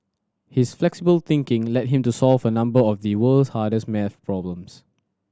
his flexible thinking led him to solve a number of the world's hardest maths problems